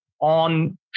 on